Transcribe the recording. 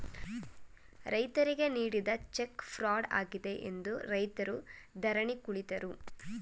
ರೈತರಿಗೆ ನೀಡಿದ cheque fraud ಆಗಿದೆ ಎಂದು ರೈತರು ಧರಣಿ ಕುಳಿತರು